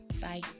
bye